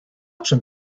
czym